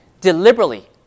deliberately